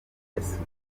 yasubiye